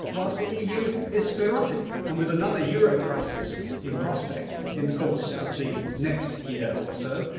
whilst the eu is sclerotic. and with another euro crisis in prospect in the course of the next year or so,